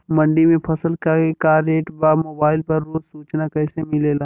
मंडी में फसल के का रेट बा मोबाइल पर रोज सूचना कैसे मिलेला?